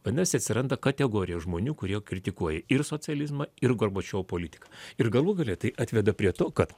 vadinasi atsiranda kategorija žmonių kurie kritikuoja ir socializmą ir gorbačiovo politiką ir galų gale tai atveda prie to kad